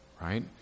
Right